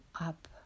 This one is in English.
up